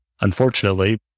unfortunately